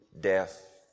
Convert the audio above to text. death